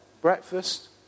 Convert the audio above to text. Breakfast